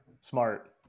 smart